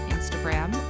Instagram